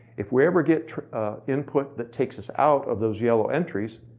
if we ever get input that takes us out of those yellow entries,